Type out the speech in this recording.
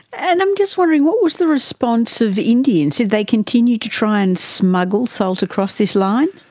and i'm just wondering, what was the response of indians? did they continue to try and smuggle salt across this line?